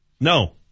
No